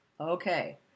Okay